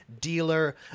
dealer